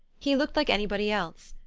he looked like anybody else,